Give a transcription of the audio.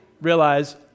realize